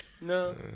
No